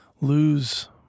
lose